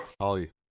Holly